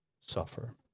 suffer